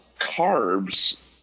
carbs